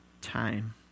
time